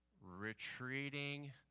Retreating